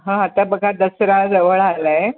हां आता बघा दसरा जवळ आला आहे